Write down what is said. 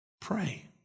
Pray